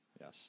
Yes